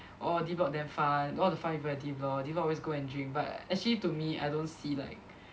orh D block damn fun all the fun people at D block D block always go and drink but actually to me I don't see like